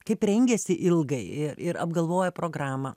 kaip rengiasi ilgai ir ir apgalvoja programą